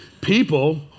people